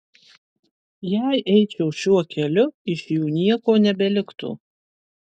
jei eičiau šiuo keliu iš jų nieko nebeliktų